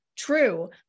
True